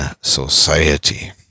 society